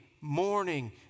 morning